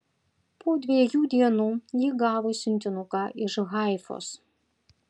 po dviejų dienų ji gavo siuntinuką iš haifos